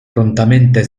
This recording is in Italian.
prontamente